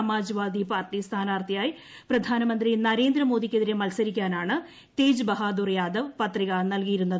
Samajwadi party സ്ഥാനാർത്ഥിയായി പ്രധാന്തി നരേന്ദ്രമോദിക്കെതിരെ മത്സരിക്കാനാണ് തേജ് ബ്ലഹാദൂർ യാദവ് പത്രിക നൽകിയിരുന്നത്